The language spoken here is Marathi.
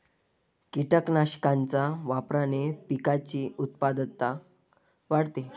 कीटकनाशकांच्या वापराने पिकाची उत्पादकता वाढते